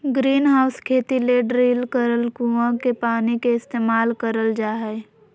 greenhouse खेती ले drill करल कुआँ के पानी के इस्तेमाल करल जा हय